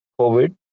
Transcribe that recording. COVID